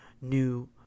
new